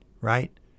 right